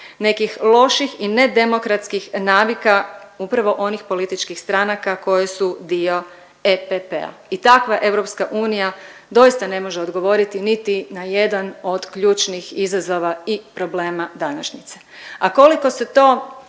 nekih loših i nedemokratskih navika, prvo onih političkih stranka koje su dio EPP-a i takva EU doista ne može odgovoriti niti na jedan od ključnih izazova i problema današnjice, a koliko se to